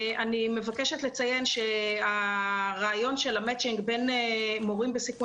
אני מבקשת לציין שהרעיון של המצ'ינג בין מורים בסיכון